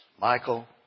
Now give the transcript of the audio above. Michael